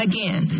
Again